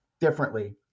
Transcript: differently